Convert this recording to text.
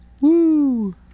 Woo